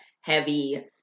heavy